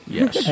Yes